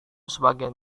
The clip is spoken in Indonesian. sebagian